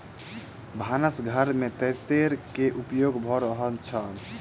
भानस घर में तेतैर के उपयोग भ रहल छल